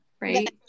right